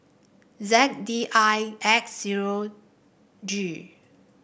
Z D I X zero G